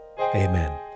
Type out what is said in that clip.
amen